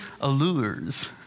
allures